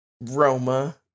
Roma